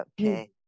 okay